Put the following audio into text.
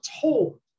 told